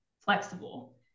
flexible